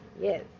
Yes